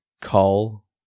call